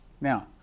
Now